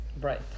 right